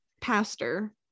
pastor